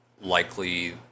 Likely